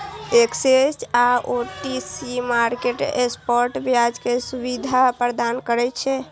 exchange आ OTC market spot व्यापार के सुविधा प्रदान करै छै